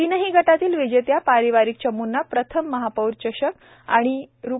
तीनही गटातील विजेत्या पारिवारिक चमूंना प्रथम महापौर चषक आणि रु